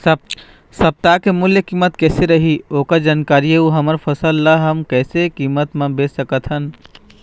सप्ता के मूल्य कीमत कैसे रही ओकर जानकारी अऊ हमर फसल ला हम कैसे कीमत मा बेच सकत हन?